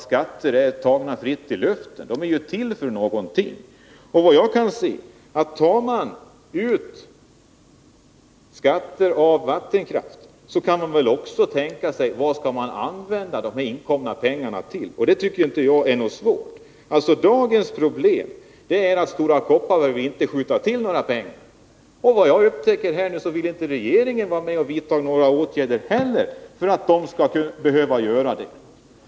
Skatter är till för ett visst ändamål. Om man tar ut skatt på vattenkraft måste man också enligt vad jag förstår kunna fråga sig: Vad skall vi använda de inkomna pengarna till? Dagens problem är att Stora Kopparberg inte vill skjuta till några pengar. Och vad jag upptäcker är att regeringen inte heller vill vara med om att vidta några åtgärder för att bolaget skall behöva göra det.